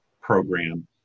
program